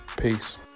Peace